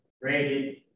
rated